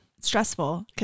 Stressful